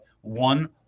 one